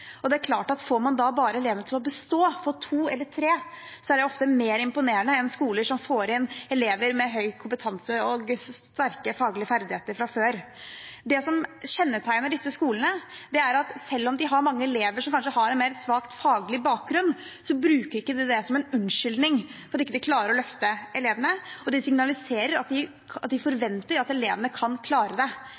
mattepensum. Det er klart at får man da bare elevene til å bestå – på 2 eller 3 – er det ofte mer imponerende enn skoler som får inn elever med høy kompetanse og sterke faglige ferdigheter fra før. Det som kjennetegner disse skolene, er at selv om de har mange elever som kanskje har en svakere faglig bakgrunn, bruker de ikke det som en unnskyldning for at de ikke klarer å løfte elevene, men signaliserer at de forventer at elevene kan klare det.